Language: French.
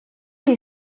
les